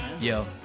Yo